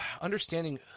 understanding